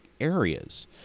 areas